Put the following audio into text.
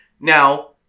Now